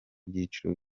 byiciro